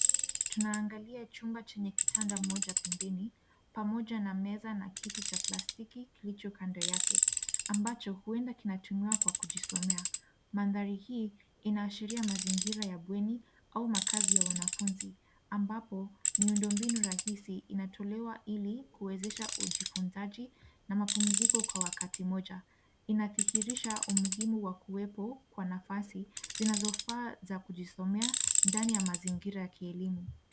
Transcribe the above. Tunaangalia chumba chenye kitanda moja pembeni, pamoja na meza na kiti cha plastiki kilicho kando yake, ambacho huenda kinatumiwa kwa kujisomea. Mandhari hii inashiria mazingira ya bweni au makazi ya wanafunzi, ambapo miundombinu rahisi inatolewa ili kuwezesha ujifunzaji na mapumziko kwa wakati mmoja. Inadhihirisha umuhimu wa kuwepo kwa nafasi zinazofaa za kujisomea ndani ya mazingira ya kielimu.